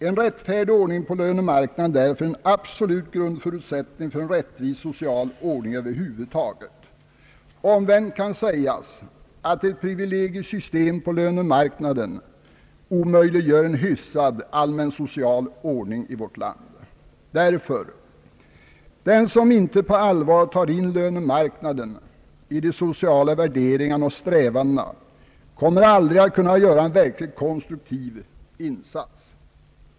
En rättfärdig ordning på lönemarknaden är därför en absolut grundförutsättning för en rättvis social ordning över huvud taget. Omvänt kan sägas att ett privilegiesystem på lönemarknaden omöjliggör en hyfsad allmän social ordning i vårt land. Den som inte på allvar tar in lönemarknaden i de sociala värderingarna och strävandena kommer därför aldrig att kunna göra en verkligt konstruktiv insats.